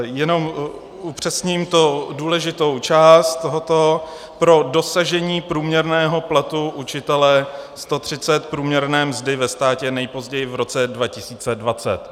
Jenom upřesním tu důležitou část pro dosažení průměrného platu učitele 130 % průměrné mzdy ve státě nejpozději v roce 2020.